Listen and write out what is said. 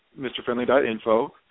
mrfriendly.info